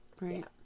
Right